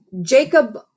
Jacob